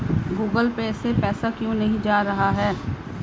Google Pay से पैसा क्यों नहीं जा रहा है?